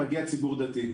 מגיע ציבור דתי.